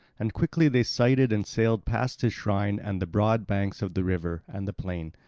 and quickly they sighted and sailed past his shrine and the broad banks of the river and the plain,